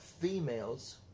females